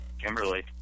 Kimberly